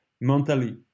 mentally